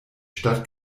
stadt